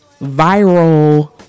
viral